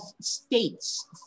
states